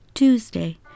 Tuesday